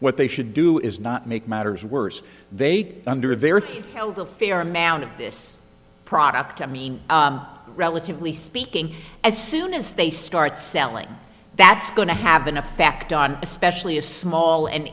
what they should do is not make matters worse they under their thumb held a fair amount of this product i mean relatively speaking as soon as they start selling that's going to have an effect on especially a small and